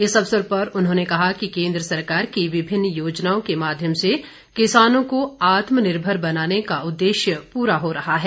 इस अवसर पर उन्होंने कहा कि केन्द्र सरकार की विभिन्न योजनाओं के माध्यम से किसानों को आत्मनिर्भर बनाने का उद्देश्य पूरा हो रहा है